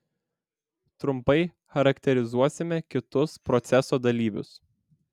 trumpai charakterizuosime kitus proceso dalyvius